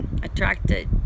Attracted